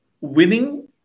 winning